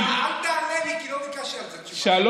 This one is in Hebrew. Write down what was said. גדי, אל תענה לי, כי לא ביקשתי על זה תשובה.